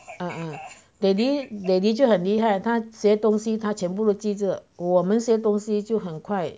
ah ah daddy daddy 就很厉害他这些东西他全部都记着我们这些东西就很快